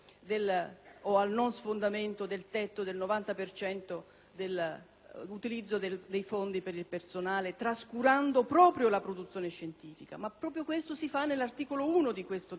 o al non sfondamento del tetto del 90 per cento dell'utilizzo dei fondi per il personale, trascurando proprio la produzione scientifica. Ma proprio questo si fa nell'articolo 1 del decreto-legge